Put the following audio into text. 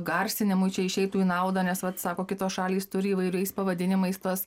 garsinimui čia išeitų į naudą nes vat sako kitos šalys turi įvairiais pavadinimais tuos